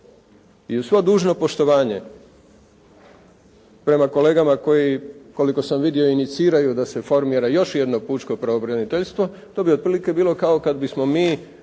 I uz svo dužno poštovanje prema kolegama koji koliko sam vidio iniciraju da se formira još jedno pučko pravobraniteljstvo, to bi otprilike bilo kao kad bismo mi